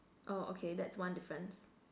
oh okay that's one difference